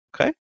okay